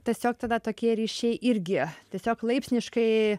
tiesiog tada tokie ryšiai irgi tiesiog laipsniškai